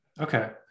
Okay